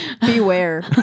beware